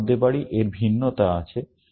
আমরা ভাবতে পারি এর ভিন্নতা আছে